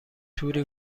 توری